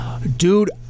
Dude